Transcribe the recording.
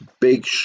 big